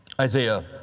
Isaiah